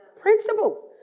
Principles